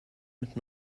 mit